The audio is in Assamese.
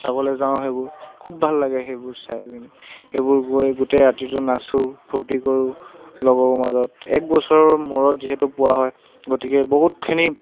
চাবলৈ যাওঁ সেইবোৰ খুব ভাল লাগে সেইবোৰ চাই পিনি সেইবোৰ গৈ গোটেই ৰাতিটো নাচোঁ ফূৰ্ত্তি কৰোঁ লগৰবোৰৰ মাজত এক বছৰৰ মূৰত যিহেতু পোৱা হয় গতিকে বহুতখিনি